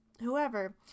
Whoever